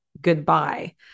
goodbye